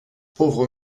pauvre